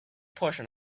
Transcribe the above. portion